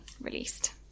released